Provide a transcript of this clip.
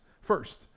first